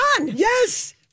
Yes